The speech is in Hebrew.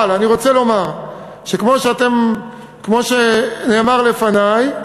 אבל, כמו שנאמר לפני,